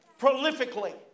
prolifically